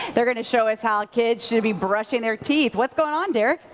they're going to show us how kids should be brushing their teeth. what's going on, derrick?